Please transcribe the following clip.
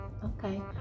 Okay